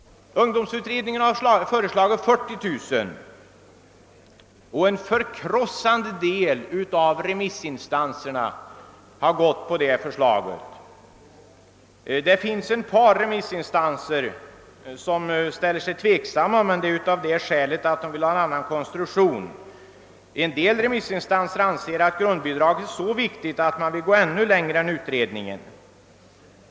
Ungdomsutredningen har föreslagit 40 000 kronor, och en förkrossande majoritet bland remissinstanserna har anslutit sig till det förslaget. Det finns ett par remissinstanser som ställer sig tveksamma, men det beror på att de vill ha en annan konstruktion. En del remissinstanser anser att grundbidraget är så viktigt, att man bör gå ännu längre än utredningen.